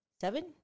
seven